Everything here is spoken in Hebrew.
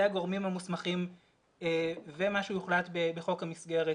הגורמים המוסמכים ומה שיוחלט בחוק המסגרת,